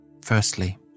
Firstly